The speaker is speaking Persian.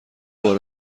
بار